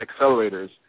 accelerators